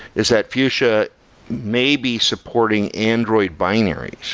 is that fuchsia may be supporting android binaries.